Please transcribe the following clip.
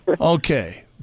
Okay